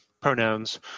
pronouns